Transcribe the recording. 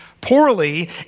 poorly